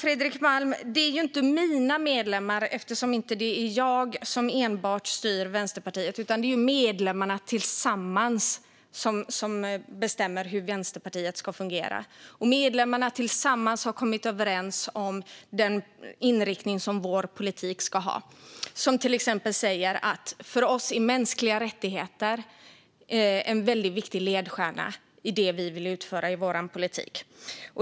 Herr talman! Det är inte mina medlemmar eftersom det inte enbart är jag som styr Vänsterpartiet. Det är medlemmarna tillsammans som bestämmer hur Vänsterpartiet ska fungera. Medlemmarna tillsammans har kommit överens om den inriktning som vår politik ska ha, till exempel att mänskliga rättigheter är en viktig ledstjärna i det vi vill utföra i vår politik.